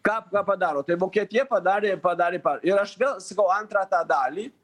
ką padaro tai vokietija padarė padarė ir aš vėl sakau antrą tą dalį